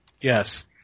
Yes